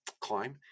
climb